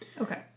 Okay